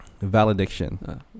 Valediction